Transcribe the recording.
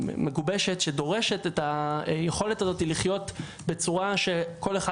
מגובשת שדורשת את היכולת הזאת לחיות בצורה שכל אחד